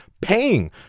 paying